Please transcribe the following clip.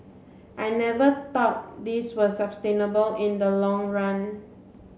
I never thought this was sustainable in the long run